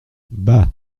bah